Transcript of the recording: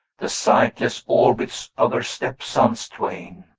the sightless orbits of her step-sons twain.